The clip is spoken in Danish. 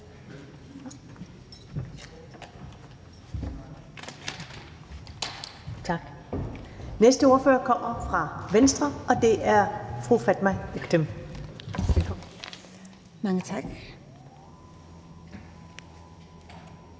Den næste ordfører kommer fra Venstre, og det er fru Fatma Øktem. Velkommen.